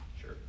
Sure